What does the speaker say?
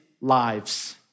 lives